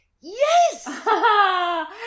Yes